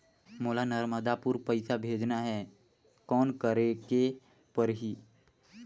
मोला नर्मदापुर पइसा भेजना हैं, कौन करेके परही?